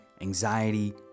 anxiety